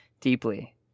deeply